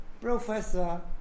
Professor